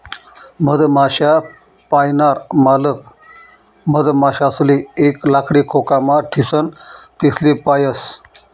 मधमाश्या पायनार मालक मधमाशासले एक लाकडी खोकामा ठीसन तेसले पायस